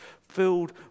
filled